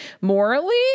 morally